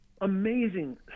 amazing